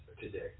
today